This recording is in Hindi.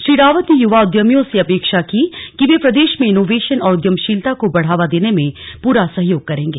श्री रावत ने युवा उद्यमियों से अपेक्षा की कि वे प्रदेश में इनोवेशन और उद्यमशीलता को बढ़ावा देने में पूरा सहयोग करेंगे